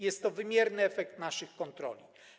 Jest to wymierny efekt naszych kontroli.